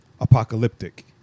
apocalyptic